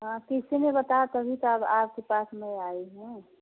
हाँ किसी ने बताया तभी तो अब आपके पास मैं आई हूँ